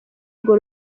urwo